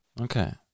Okay